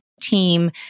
team